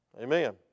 Amen